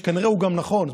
שכנראה הוא גם נכון.